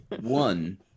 One